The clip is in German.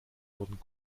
wurden